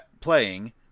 playing